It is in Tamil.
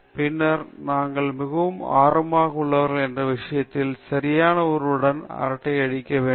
பின்னர் நீங்கள் மிகவும் ஆர்வமாக உள்ளவர் மற்றும் இந்த விஷயத்தில் சரியான ஒருவருடன் ஒரு அரட்டை இருக்க வேண்டும்